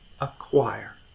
acquire